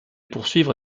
poursuivre